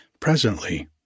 Presently